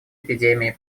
эпидемией